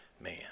man